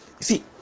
See